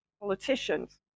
politicians